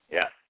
Yes